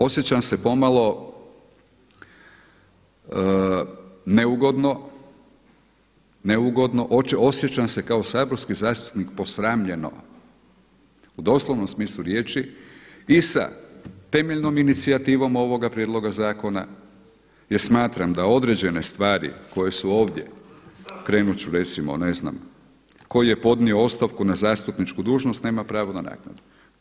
Osjećam se pomalo neugodno, neugodno, osjećam se kao saborski zastupnik posramljeno u doslovnom smislu riječi i sa temeljnom inicijativom ovoga prijedloga zakona jer smatram da određene stvari koje su ovdje, krenuti ću recimo ne znam, tko je podnio ostavku na zastupničku dužnost nema pravo na naknadu.